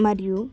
మరియు